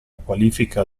qualifica